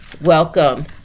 welcome